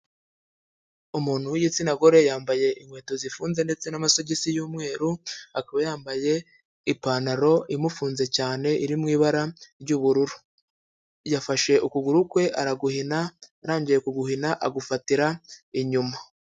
Umuntu w'igitsina gore yambaye inkweto zifunze ndetse n'amasogisi y'umweru, akaba yambaye ipantaro imufunze cyane, iri mu ibara ry'ubururu. Yafashe ukuguru kwe araguhina, arangije kuguhina agufatira inyuma.